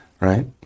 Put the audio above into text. right